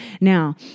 Now